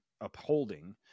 upholding